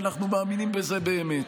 כי אנחנו מאמינים בזה באמת.